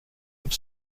have